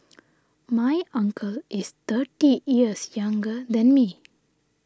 my uncle is thirty years younger than me